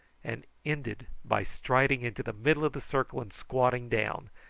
and ending by striding into the middle of the circle and squatting down,